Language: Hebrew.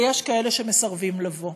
ויש כאלה שמסרבים לבוא,